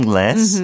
less